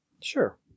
Sure